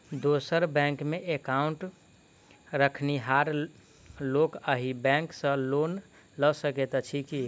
दोसर बैंकमे एकाउन्ट रखनिहार लोक अहि बैंक सँ लोन लऽ सकैत अछि की?